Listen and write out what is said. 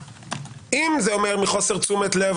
אם זה אומר מחוסר תשומת לב,